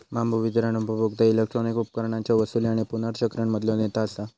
बांबू वितरण उपभोक्ता इलेक्ट्रॉनिक उपकरणांच्या वसूली आणि पुनर्चक्रण मधलो नेता असा